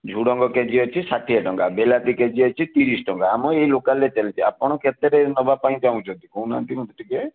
ଝୁଡ଼ଙ୍ଗ କେଜି ଅଛି ଷାଠିଏ ଟଙ୍କା ବିଲାତି କେଜି ଅଛି ତିରିଶ ଟଙ୍କା ଆମ ଏଇ ଲୋକାଲ୍ରେ ଚାଲିଛି ଆପଣ କେତେରେ ନେବା ପାଇଁ ଚାହୁଁଛନ୍ତି କହୁନାହାନ୍ତି ମୋତେ ଟିକିଏ